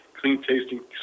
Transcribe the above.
clean-tasting